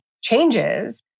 changes